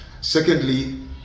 secondly